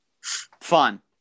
Fun